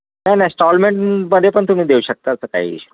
नाही नाही स्टॉलमेंटमध्ये पण तुम्ही देऊ शकतात काही इशू